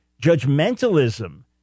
judgmentalism